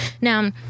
Now